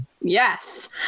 Yes